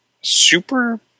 super